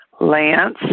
Lance